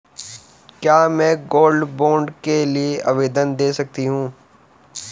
क्या मैं gold bond के लिए आवेदन दे सकती हूँ?